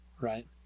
right